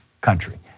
country